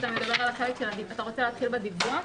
אתה רוצה להתחיל בדיווח?